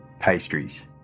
pastries